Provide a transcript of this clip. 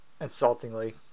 insultingly